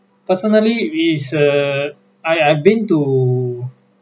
personally is err I I've been to